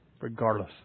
regardless